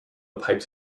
pipes